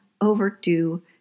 overdue